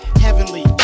heavenly